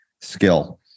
skill